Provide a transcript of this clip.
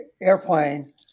airplane